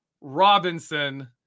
Robinson